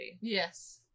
Yes